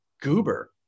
goober